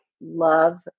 love